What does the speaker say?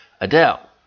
Adele